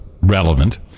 relevant